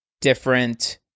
different